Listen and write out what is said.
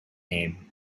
name